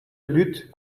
lutte